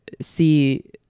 see